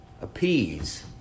appease